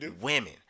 women